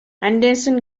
anderson